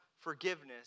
forgiveness